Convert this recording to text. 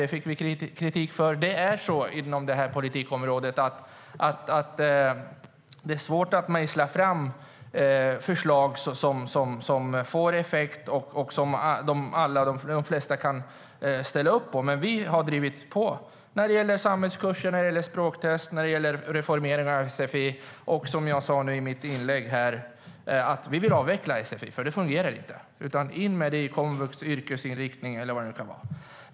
Det fick vi kritik för. Som jag sa i mitt inlägg vill vi avveckla sfi, för det fungerar inte. Lägg in det i komvux, yrkesinriktning eller vad det nu kan vara.